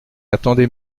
attendez